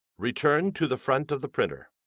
return to the front of the printer.